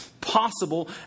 possible